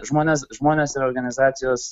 žmonės žmonės ir organizacijos